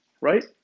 Right